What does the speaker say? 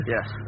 Yes